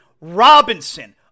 Robinson